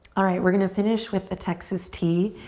alright, we're gonna finish with a texas t.